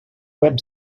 web